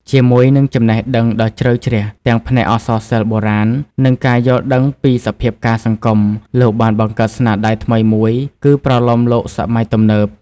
ជាមួយនឹងចំណេះដឹងដ៏ជ្រៅជ្រះទាំងផ្នែកអក្សរសិល្ប៍បុរាណ និងការយល់ដឹងពីសភាពការណ៍សង្គម លោកបានបង្កើតស្នាដៃថ្មីមួយគឺប្រលោមលោកសម័យទំនើប។